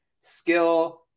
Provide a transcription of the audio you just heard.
skill